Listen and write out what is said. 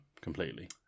completely